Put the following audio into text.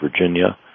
Virginia